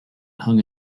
hung